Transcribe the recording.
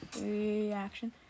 Reaction